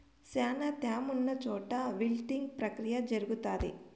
శ్యానా త్యామ ఉన్న చోట విల్టింగ్ ప్రక్రియ జరుగుతాది